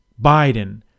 Biden